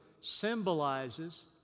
symbolizes